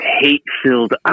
hate-filled